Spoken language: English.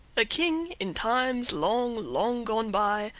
a king, in times long, long gone by,